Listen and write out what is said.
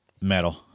Metal